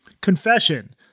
Confession